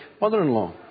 mother-in-law